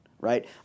right